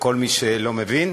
לכל מי שלא מבין,